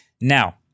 now